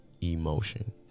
emotion